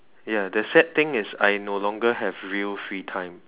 ya the sad thing is I no longer have real free time